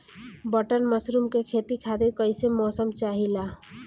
Button mushroom के खेती खातिर कईसे मौसम चाहिला?